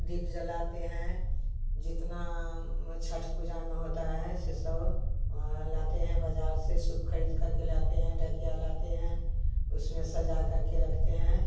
दीप जलाते हैं जितना छठ पूजा में होता है से सब और लाते हैं बाज़ार से सूप खरीद करके लाते हैं ढकिया लाते हैं उसमें सजा करके रखते हैं